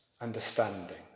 understanding